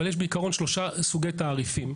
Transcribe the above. אבל יש בעיקרון שלושה סוגי תעריפים.